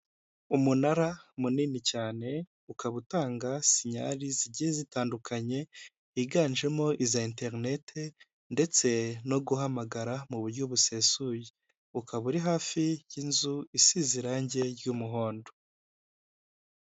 Umunara munini cyane, ukaba utanga sinyari zigiye zitandukanye, higanjemo iza interinete ndetse no guhamagara mu buryo busesuye. Ukaba uri hafi y'inzu isize irange ry'umuhondo.